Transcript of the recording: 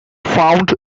found